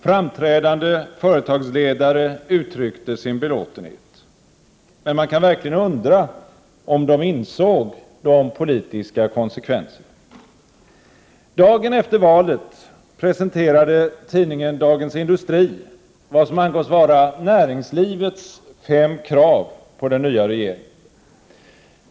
Framträdande företagsledare uttryckte sin belåtenhet. Men man kan verkligen undra om de insåg de politiska konsekvenserna. Dagen efter valet presenterade tidningen Dagens Industri vad som angavs vara näringslivets fem krav på den nya regeringen.